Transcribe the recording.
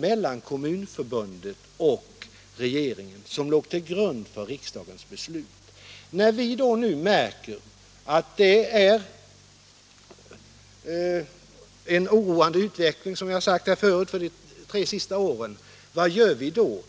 mellan Kommunförbundet och regeringen som låg till grund för riks — barnomsorgen dagens beslut. När vi nu märker, som jag har sagt förut, att det är en oroande utveckling under de tre senaste åren — vad gör vi då?